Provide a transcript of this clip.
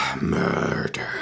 murder